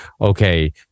okay